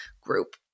group